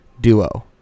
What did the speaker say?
duo